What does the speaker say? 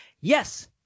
Yes